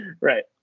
Right